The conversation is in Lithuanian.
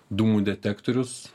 dūmų detektorius